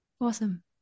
Awesome